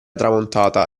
tramontata